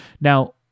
Now